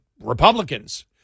Republicans